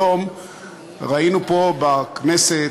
היום ראינו פה בכנסת,